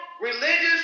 religious